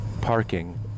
parking